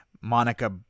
Monica